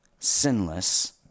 sinless